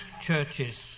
churches